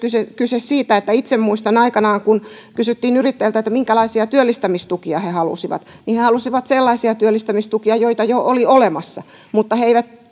kyse myös tästä itse muistan aikanaan kun kysyttiin yrittäjiltä minkälaisia työllistämistukia he halusivat ja he halusivat sellaisia työllistämistukia joita jo oli olemassa mutta he eivät